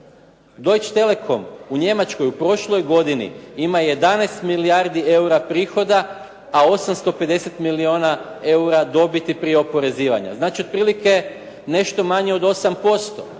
Deutche Telekom u Njemačkoj, u prošloj godini ima 11 milijardi eura prihoda a 850 milijuna eura dobiti prije oporezivanja. Znači otprilike nešto manje od 8%